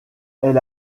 elle